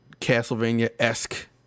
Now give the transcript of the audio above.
Castlevania-esque